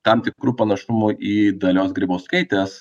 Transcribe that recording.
tam tikrų panašumų į dalios grybauskaitės